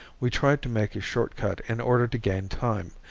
we tried to make a short cut in order to gain time,